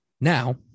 now